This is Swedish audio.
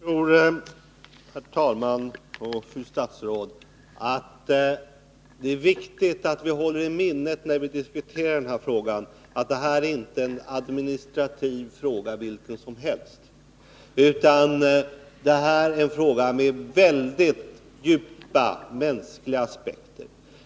Herr talman! Jag tror att det är viktigt att vi, när vi diskuterar den här saken, håller i minnet att det inte rör sig om en administrativ fråga vilken som helst. Den här frågan har i stället djupa mänskliga aspekter.